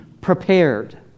prepared